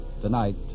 Tonight